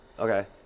Okay